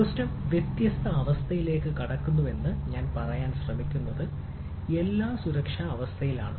system വ്യത്യസ്ത അവസ്ഥയിലേക്ക് കടക്കുന്നുവെന്ന് ഞാൻ പറയാൻ ശ്രമിക്കുന്നത് എല്ലാം സുരക്ഷാ അവസ്ഥയിലാണ്